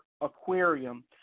aquarium